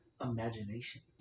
Imagination